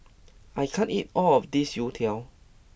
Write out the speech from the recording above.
I can't eat all of this Youtiao